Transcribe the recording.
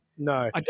No